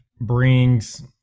brings